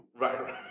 Right